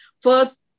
First